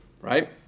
right